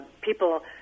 people